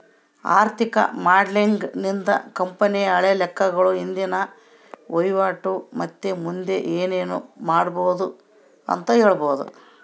ಆರ್ಥಿಕ ಮಾಡೆಲಿಂಗ್ ನಿಂದ ಕಂಪನಿಯ ಹಳೆ ಲೆಕ್ಕಗಳು, ಇಂದಿನ ವಹಿವಾಟು ಮತ್ತೆ ಮುಂದೆ ಏನೆನು ಮಾಡಬೊದು ಅಂತ ಹೇಳಬೊದು